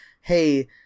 hey